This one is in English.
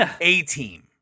A-Team